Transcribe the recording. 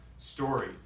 Story